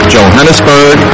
Johannesburg